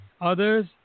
Others